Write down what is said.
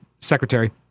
secretary